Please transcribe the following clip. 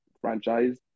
franchise